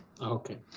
Okay